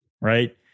right